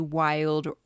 wild